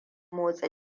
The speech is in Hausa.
motsa